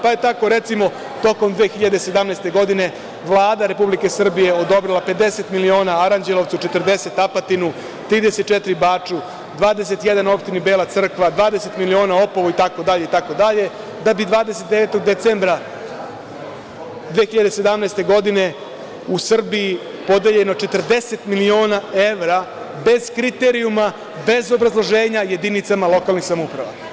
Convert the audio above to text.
Tako recimo, tokom 2017. godine Vlada Republike Srbije je odobrila 50 miliona Aranđelovcu, 40 miliona Apatinu, 34 miliona Baču, 21 milion opštini Bela Crkva, 20 miliona Opovu, itd. da bi 29. decembra 2017. godine u Srbiji podeljeno 40 miliona evra bez kriterijuma, bez obrazloženja jedinicama lokalne samouprave.